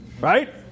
Right